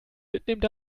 mitnehmen